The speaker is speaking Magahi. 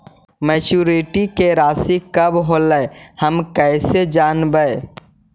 मैच्यूरिटी के रासि कब होलै हम कैसे जानबै?